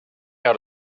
out